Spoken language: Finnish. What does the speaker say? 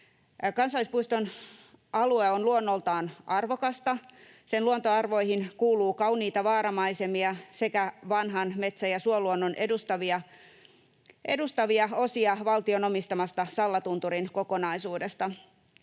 Kansallispuiston alue on luonnoltaan arvokasta. Sen luontoarvoihin kuuluu kauniita vaaramaisemia sekä vanhan metsä- ja suoluonnon edustavia osia valtion omistamasta Sallatunturin kokonaisuudesta.